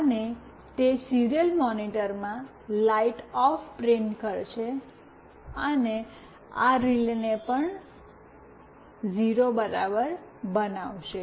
અને તે serial monitor માં "લાઇટ ઑફ" પ્રિન્ટ કરશે અને આ રિલે ને પણ 0 બરાબર બનાવશે